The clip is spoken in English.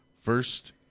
first